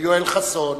יואל חסון.